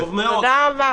תודה רבה.